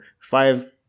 Five